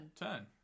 turn